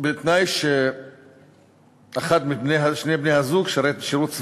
בתנאי שאחד משני בני-הזוג שירת שירות צבאי,